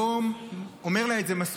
אני לא אומר לה את זה מספיק,